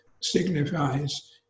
signifies